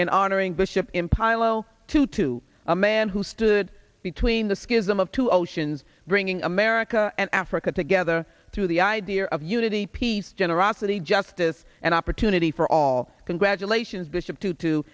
in honoring bishop in pile o two to a man who stood between the schism of two oceans bringing america and africa together through the idea of unity peace generosity justice and opportunity for all congratulations